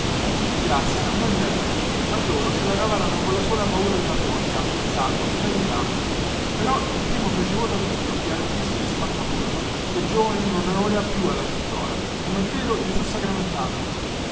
così grazia andò in galera ma loro se la cavarono colla sola paura della forca il zanno e laiutante però il primo fece voto a dio e al cristo di spaccaforno che giovani non ne voleva più alla cintola comè vero gesù sacramentato